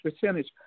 percentage